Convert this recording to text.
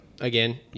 again